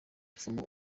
kuvamo